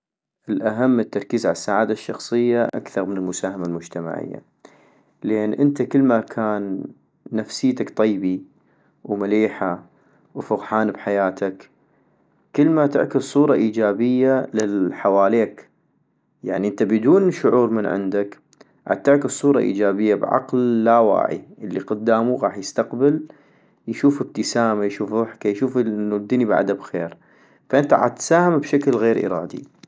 الاهم التركيز عالسعادة الشخصية اكثغ من المساهمة المجتمعية - لان انت كلما كان نفسيتك طيبي ومليحة وفغحان بحياتك، كلما تعكس صورة ايجابية للحواليك - يعني انت بدون شعور من عندك عتعكس صورة ايجابية بعقل اللاواعي الي قداموغاح يستقبل، يشوف ابتسامة يشوف ضحكة يشوف انو الدني بعدا بخير ،فانت عتساهم بشكل غير ارادي